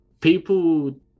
people